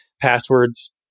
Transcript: passwords